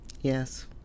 Yes